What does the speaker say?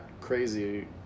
crazy